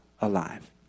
alive